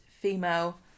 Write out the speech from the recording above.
female